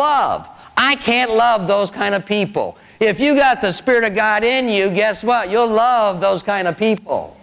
love i can't love those kind of people if you've got the spirit of god in you guess what you'll love those kind of people